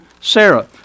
Sarah